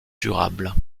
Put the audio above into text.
durable